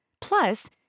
Plus